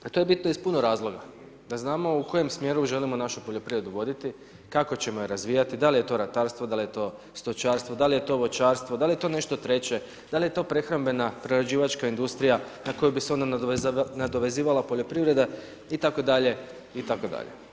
To je bitno iz puno razloga, da znamo u kojem smjeru želimo našu poljoprivredu voditi, kako ćemo ju razvijati, da li je to ratarstvo, da li je to stočarstvo, da li je to voćarstvo, da li je to nešto treće, da li je to prehrambena, prerađivačka industrija, na koju bi se onda nadovezivala poljoprivreda, itd., itd.